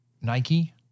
Nike